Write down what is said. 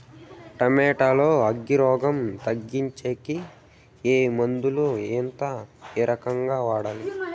Tomato లో అగ్గి రోగం తగ్గించేకి ఏ మందులు? ఎంత? ఏ రకంగా వాడాలి?